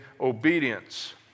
obedience